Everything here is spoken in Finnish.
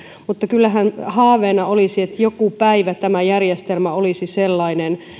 mutta kyllähän haaveena olisi että joku päivä tämä järjestelmä olisi sellainen